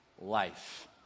Life